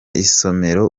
isomero